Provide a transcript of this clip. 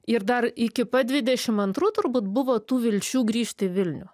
ir dar iki pat dvidešim antrų turbūt buvo tų vilčių grįžt į vilnių